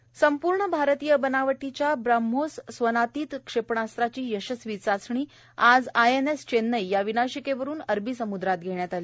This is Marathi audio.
ब्रम्होस चाचणी पूर्ण भारतीय बनावटीच्या ब्रम्होस स्वनातीत क्षेपणास्त्राची यशस्वी चाचणी आज आयएनएस चेन्नई या विनाशिकेवरून अरबी सम्द्रात घेण्यात आली